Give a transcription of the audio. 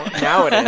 now it is.